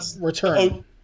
Return